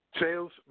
Sales